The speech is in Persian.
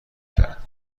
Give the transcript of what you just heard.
کرد